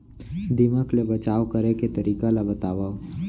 दीमक ले बचाव करे के तरीका ला बतावव?